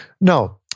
Now